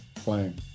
playing